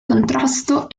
contrasto